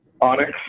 Onyx